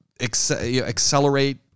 accelerate